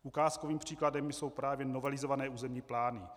Ukázkovým příkladem jsou právě novelizované územní plány.